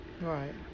Right